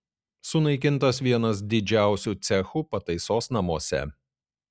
sunaikintas vienas didžiausių cechų pataisos namuose